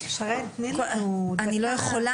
שרן תני לנו חצי דקה -- אני לא יכולה